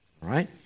Right